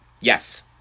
Yes